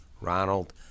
Ronald